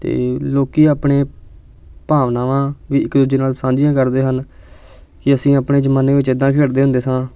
ਅਤੇ ਲੋਕ ਆਪਣੇ ਭਾਵਨਾਵਾਂ ਵੀ ਇੱਕ ਦੂਜੇ ਨਾਲ ਸਾਂਝੀਆਂ ਕਰਦੇ ਹਨ ਕਿ ਅਸੀਂ ਆਪਣੇ ਜ਼ਮਾਨੇ ਵਿੱਚ ਇੱਦਾਂ ਖੇਡਦੇ ਹੁੰਦੇ ਸਾਂ